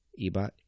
Ebot